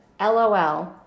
LOL